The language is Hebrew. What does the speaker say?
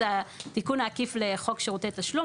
לתיקון העקיף לחוק שירותי תשלום,